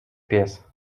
pies